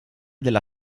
della